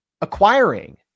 acquiring